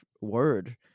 word